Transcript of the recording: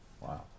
Wow